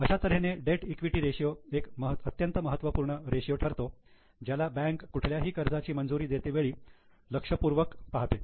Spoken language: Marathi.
अशा तऱ्हेने डेट ईक्विटी रेशियो एक अत्यंत महत्वाचा रेशियो आहे ज्याला बँक कुठल्याही कर्जाची मंजुरी देतेवेळी लक्षपूर्वक पाहते